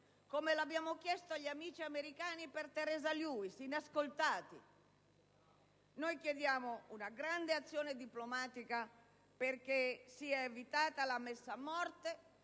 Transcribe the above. come lo abbiamo chiesto agli amici americani per Teresa Lewis, inascoltati, chiediamo una grande azione diplomatica perché ne sia evitata la messa a morte